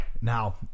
Now